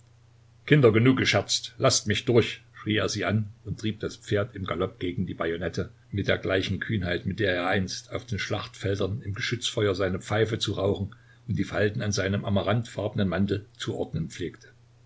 kinder genug gescherzt laßt mich durch schrie er sie an und trieb das pferd im galopp gegen die bajonette mit der gleichen kühnheit mit der er einst auf den schlachtfeldern im geschützfeuer seine pfeife zu rauchen und die falten an seinem amarantfarbenen mantel zu ordnen pflegte